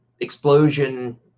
explosion